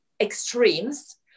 extremes